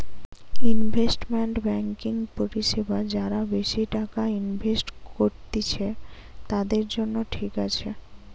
investment banking পরিষেবা যারা বেশি টাকা ইনভেস্ট করত্তিছে, তাদের জন্য ঠিক আছে